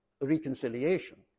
reconciliation